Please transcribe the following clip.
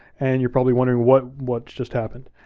and you're probably wondering, what what just happened?